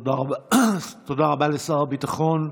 תודה רבה לשר הביטחון.